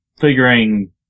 figuring